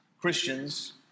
Christians